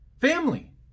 family